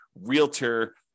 realtor